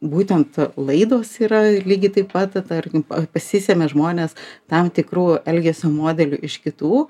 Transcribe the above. būtent laidos yra lygiai taip pat tarkim pasisemia žmonės tam tikrų elgesio modelių iš kitų